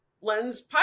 lens